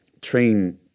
train